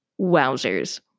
Wowzers